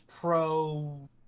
Pro